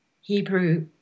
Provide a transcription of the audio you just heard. Hebrew